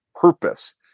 purpose